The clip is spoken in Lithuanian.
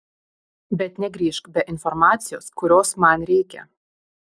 bet negrįžk be informacijos kurios man reikia